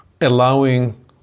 allowing